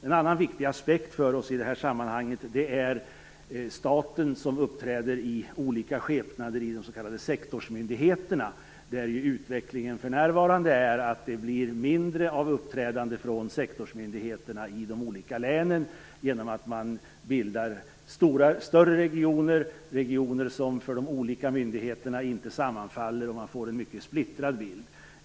En annan viktig aspekt för oss i det här sammanhanget är att staten uppträder i olika skepnader i de s.k. sektorsmyndigheterna. Utvecklingen är ju för närvarande att sektorsmyndigheterna uppträder mindre i de olika länen genom att man bildar större regioner. Dessa sammanfaller inte för de olika myndigheterna, och detta gör att man får en mycket splittrad bild.